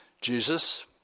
Jesus